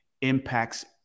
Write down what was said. impacts